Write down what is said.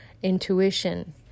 intuition